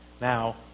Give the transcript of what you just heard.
Now